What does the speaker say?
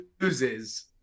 loses